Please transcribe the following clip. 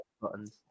buttons